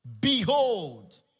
Behold